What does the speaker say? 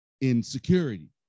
insecurity